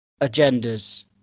agendas